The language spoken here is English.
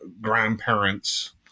grandparents